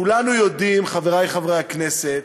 כולנו יודעים, חברי חברי הכנסת,